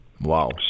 Wow